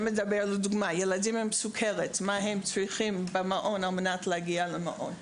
זה מדבר מה ילדים עם סוכרת צריכים על מנת להגיע למעון.